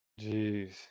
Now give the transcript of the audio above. Jeez